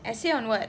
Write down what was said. essay on what